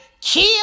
kill